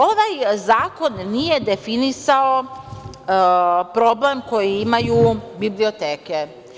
Ovaj zakon nije definisao problem koji imaju biblioteke.